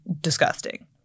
disgusting